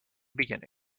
beginning